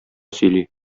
сөйли